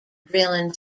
drilling